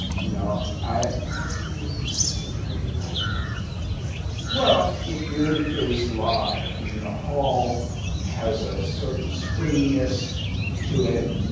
you know and what do you particularly like about it, yourself? well, it really is live. i mean, the hall has a certain springiness to it.